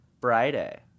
Friday